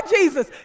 Jesus